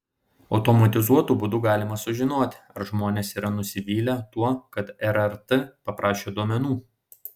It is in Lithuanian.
automatizuotu būdu galima sužinoti ar žmonės yra nusivylę tuo kad rrt paprašė duomenų